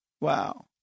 Wow